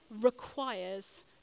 requires